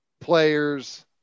players